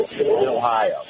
Ohio